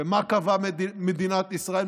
ומה קבעה מדינת ישראל?